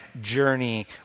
journey